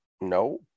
No